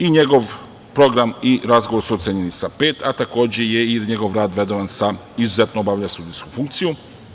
I njegov program i razgovor su ocenjeni sa „pet“, a takođe je i njegov rad vrednovan sa „izuzetno obavlja sudijsku funkciju“